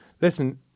listen